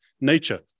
nature